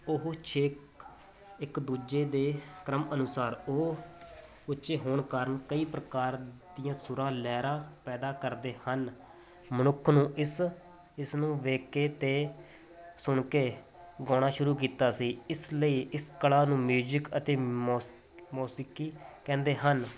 ਉਹ ਚਿਕ ਇੱਕ ਦੂਜੇ ਦੇ ਕਰਮ ਅਨੁਸਾਰ ਉਹ ਉੱਚੇ ਹੋਣ ਕਾਰਨ ਕਈ ਪ੍ਰਕਾਰ ਦੀਆਂ ਸੁਰਾਂ ਲਹਿਰਾਂ ਪੈਦਾ ਕਰਦੇ ਹਨ ਮਨੁੱਖ ਨੂੰ ਇਸ ਇਸ ਨੂੰ ਵੇਖ ਕੇ ਅਤੇ ਸੁਣ ਕੇ ਗਾਉਣਾ ਸ਼ੁਰੂ ਕੀਤਾ ਸੀ ਇਸ ਲਈ ਇਸ ਕਲਾ ਨੂੰ ਮਿਊਜਿਕ ਅਤੇ ਮੌਸ ਮੌਸਿਕੀ ਕਹਿੰਦੇ ਹਨ